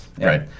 Right